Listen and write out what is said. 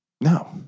No